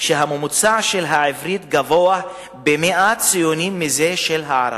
שהממוצע של העברית גבוה ב-100 מזה של הערבית.